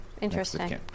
interesting